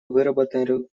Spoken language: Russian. выработаны